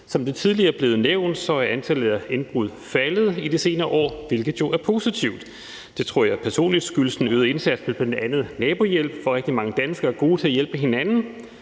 Som det tidligere er blevet nævnt, er antallet indbrud faldet i de senere år, hvilket er positivt. Det tror jeg personligt skyldes en øget indsats i forhold til bl.a. nabohjælp, for rigtig mange dansker er gode til at hjælpe hinanden,